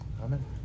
Amen